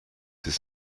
his